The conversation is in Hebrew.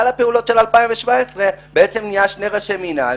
הפעולות של 2017 בעצם נהיו שני ראשי מינהל,